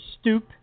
Stoop